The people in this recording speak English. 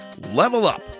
LEVELUP